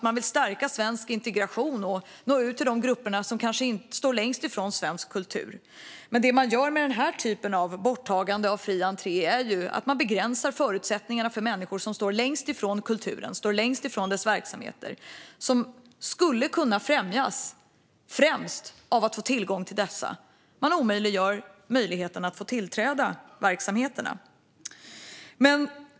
Man vill stärka svensk integration och nå ut till de grupper som kanske står längst ifrån svensk kultur, men det man gör med denna typ av borttagande av fri entré är att begränsa förutsättningarna för de människor som står längst ifrån kulturen och dess verksamheter. Det är de som främst skulle kunna främjas av att få tillgång till dessa. Man omöjliggör tillträde till verksamheterna.